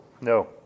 No